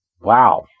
Wow